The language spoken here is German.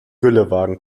güllewagen